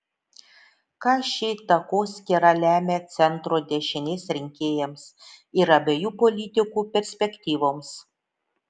ką ši takoskyra lemia centro dešinės rinkėjams ir abiejų politikių perspektyvoms